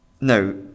No